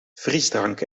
frisdrank